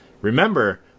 Remember